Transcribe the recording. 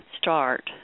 start